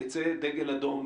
יצא דגל אדום,